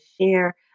share